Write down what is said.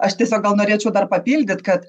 aš tiesiog gal norėčiau dar papildyt kad